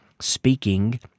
speaking